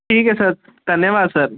ਠੀਕ ਹੈ ਸਰ ਧੰਨਵਾਦ ਸਰ